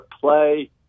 play